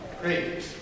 Great